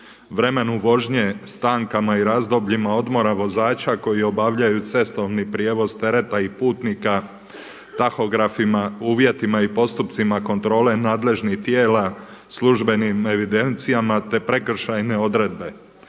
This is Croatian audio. vremenu vožnje, stankama i razdobljima odmora vozača koji obavljaju cestovni prijevoz tereta i putnika, tahografima, uvjetima i postupcima kontrole nadležnih tijela, službenim evidencijama te prekršajne odredbe.